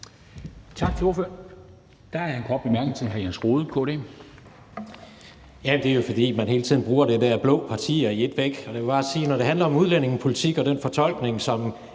Tak til ordføreren. Der er en kort bemærkning til hr. Jens Rohde, KD. Kl. 14:22 Jens Rohde (KD): Det er jo, fordi man hele tiden bruger det der »blå partier«. Der vil jeg bare sige, at når det handler om udlændingepolitik og den fortolkning, som